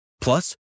Plus